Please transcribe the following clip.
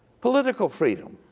political freedom